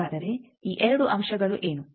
ಹಾಗಾದರೆ ಈ 2 ಅಂಶಗಳು ಏನು